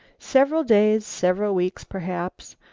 several days, several weeks perhaps.